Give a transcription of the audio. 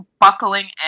buckling